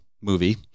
movie